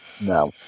No